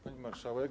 Pani Marszałek!